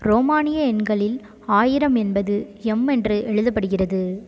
ரோமானிய எண்களில் ஆயிரம் என்பது எம் என்று எழுதப்படுகிறது